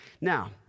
Now